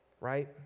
right